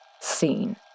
seen